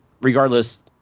Regardless